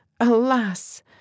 Alas